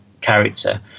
character